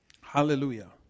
Hallelujah